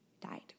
died